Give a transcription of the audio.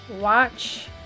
Watch